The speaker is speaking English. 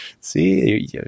See